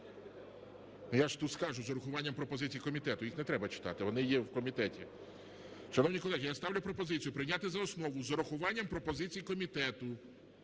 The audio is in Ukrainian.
Я ж тут кажу, з урахуванням пропозицій комітету. Їх не треба читати. Вони є в комітеті. Шановні колеги, я ставлю пропозицію прийняти за основу з урахуванням пропозицій комітету,